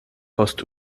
post